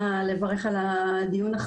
של הטרדות מיניות